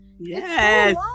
Yes